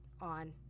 on